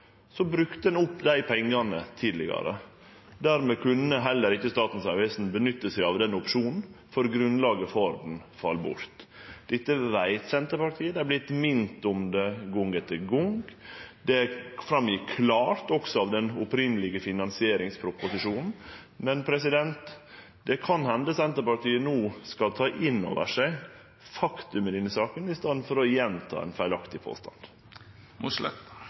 Så brukte ein opp dei pengane tidlegare. Dermed kunne heller ikkje Statens vegvesen nytte seg av den opsjonen, for grunnlaget for han fall bort. Dette veit Senterpartiet. Dei har vorte minte om det gong etter gong. Det gjekk også klart fram av den opphavlege finansieringsproposisjonen. Men det kan hende Senterpartiet no skal ta inn over seg faktum i denne saka i staden for å gjenta ein feilaktig